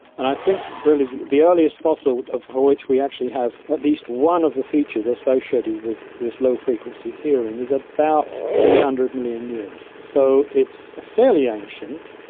and i think really the the earliest fossil which we actually have at least one of the features associated with this low-frequency hearing is about three hundred million years. so it's fairly ancient,